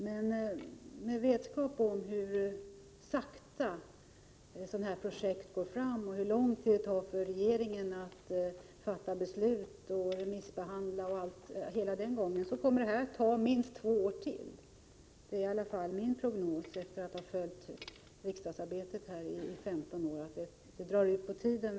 Men med vetskap om hur sakta man arbetar med sådana här projekt och hur lång tid det tar för regeringen att fatta beslut och sända ärendet på remiss kan man räkna med att minst ytterligare två år kommer att förflyta. Det är min prognos, som grundar sig på att jag under 15 år har följt riksdagsarbetet. Det är lätt hänt att det kan dra ut på tiden.